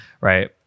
right